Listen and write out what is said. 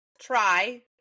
try